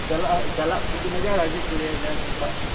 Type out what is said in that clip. ᱪᱟᱞᱟᱜ ᱪᱟᱞᱟᱜ ᱠᱩᱲᱤ ᱦᱟᱡᱟᱨ ᱦᱤᱡᱩᱜ ᱠᱩᱲᱤ ᱦᱟᱡᱟᱨ ᱚᱱᱠᱟ